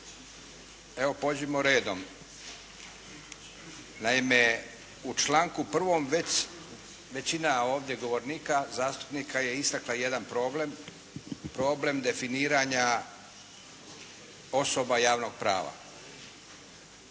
evo pođimo redom. Naime, u članku prvom već većina ovdje govornika, zastupnika je istaknula jedan problem, problem definiranja osoba javnog prava.